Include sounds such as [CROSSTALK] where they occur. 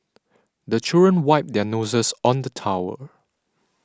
[NOISE] the children wipe their noses on the towel